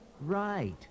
Right